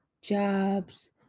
jobs